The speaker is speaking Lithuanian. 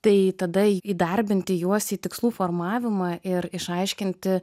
tai tada įdarbinti juos į tikslų formavimą ir išaiškinti